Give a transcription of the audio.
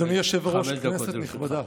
אדוני היושב-ראש, כנסת נכבדה,